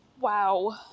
wow